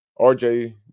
RJ